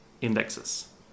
indexes